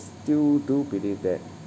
still do believe that